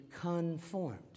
conformed